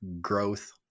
growth